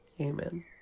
Amen